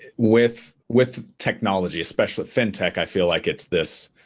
with with technology, especially fintech, i feel like it's this